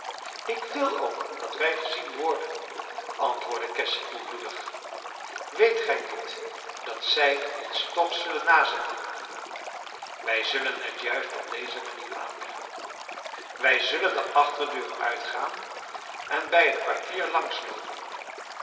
ik wil ook dat wij gezien worden antwoordde cassy koelbloedig weet gij niet dat zij ons toch zullen nazetten wij zullen het juist op deze manier aanleggen wij zullen de achterdeur uitgaan en bij het kwartier